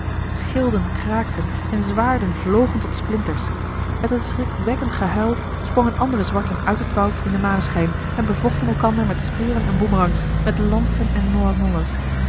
schilden kraakten en zwaarden vlogen tot splinters met een schrikwekkend gehuil sprongen andere zwarten uit het woud in den maneschijn en bevochten elkander met speren en boemerangs met lansen en